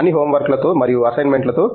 అన్ని homework లతో మరియు అసైన్మెంట్ లతో